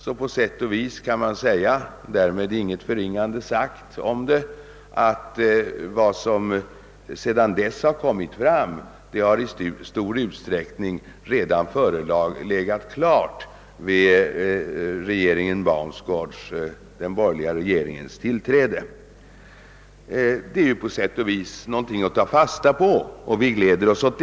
På sätt och vis är det så — och därmed är inget förringande sagt — att vad som sedan dess har framkommit i stor utsträckning förelåg klart redan vid regeringen Baunsgaards tillträde. Detta är något att ta fasta på och något som vi gläder oss åt.